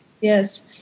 Yes